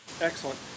Excellent